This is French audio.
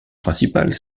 principales